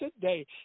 today